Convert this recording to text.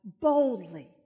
boldly